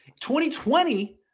2020